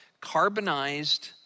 carbonized